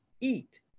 eat